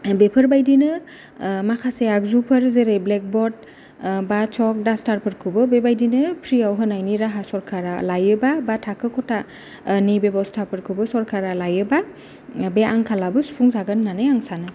बेफोरबायदिनो माखासे आगजुफोर जेरै ब्लेक ब'र्ड बा च'क डास्टारफोरखौबो बेबायदिनो फ्रियाव होनायनि राहा सरकारा लायोबा बा थाखो खथानि बेबसथाखौबो सरकारा लायोबा बे आंखालाबो सुफुंजागोन होननानै आं सानो